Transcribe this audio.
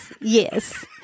Yes